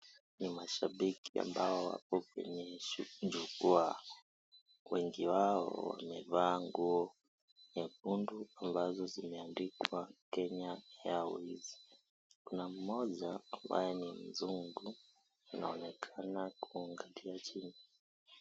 Ni mashabiki ambao wako kwenye jukwaa, wengi wao wamevaa nguo nyekundu ambazo zimeandikwa Kenya Airways, kuna mmoja ambaye ni mzungu anaonekana kuangalia chini.